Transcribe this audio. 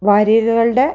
വാരികകളുടെ